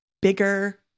bigger